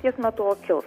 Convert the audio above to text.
tiek nuo tokio